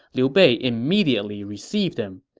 liu bei immediately received him.